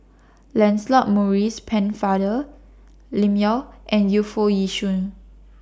Lancelot Maurice Pennefather Lim Yau and Yu Foo Yee Shoon